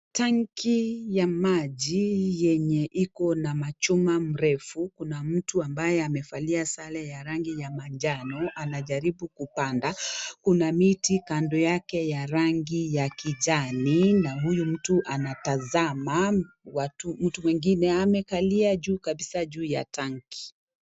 Tenki ya maji yenye iko na machuma mrefu, kuna mtu ambaye amevalia sare ya rangi ya manjano anajaribu kupanda, kuna miti kando yake ya rangi ya kijani na huyu mtu anatazama, mtu mwingine amekalia juu kabisa juu ya tanki.